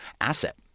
asset